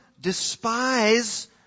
despise